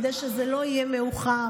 כדי שזה לא יהיה מאוחר.